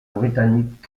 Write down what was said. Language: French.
britannique